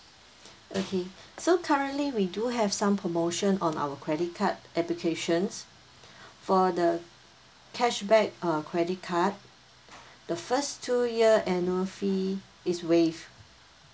okay so currently we do have some promotion on our credit card applications for the cashback uh credit card the first two year annual fee is waived